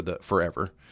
forever